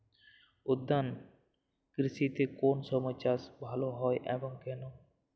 উদ্যান কৃষিতে কোন সময় চাষ ভালো হয় এবং কেনো?